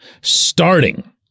starting